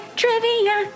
trivia